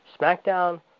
SmackDown